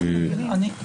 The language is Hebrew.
אדוני,